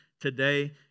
today